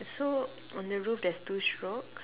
so on the roof there's two strokes